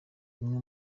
umwe